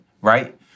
right